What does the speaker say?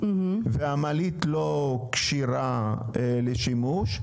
והמעלית לא כשירה לשימוש,